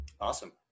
Awesome